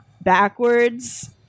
backwards